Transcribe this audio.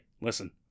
listen